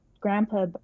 grandpa